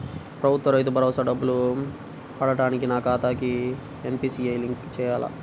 ప్రభుత్వ రైతు భరోసా డబ్బులు పడటానికి నా ఖాతాకి ఎన్.పీ.సి.ఐ లింక్ చేయాలా?